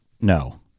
no